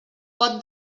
pot